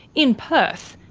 in perth,